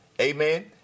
Amen